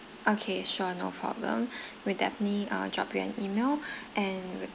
okay sure no problem we'll definitely uh drop you an email and